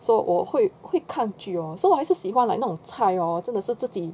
so 我我会会抗拒 lor 所以还是喜欢 like 那种菜 hor 真的是自己